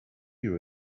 you